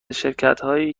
شرکتهایی